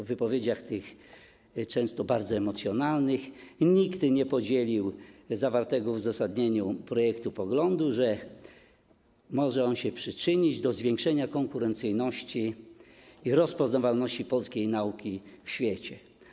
W wypowiedziach tych, często bardzo emocjonalnych, nikt nie podzielił zawartego w uzasadnieniu projektu poglądu, że może on się przyczynić do zwiększenia konkurencyjności i rozpoznawalności polskiej nauki w świecie.